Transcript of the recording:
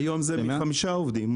היום זה משלושה עובדים.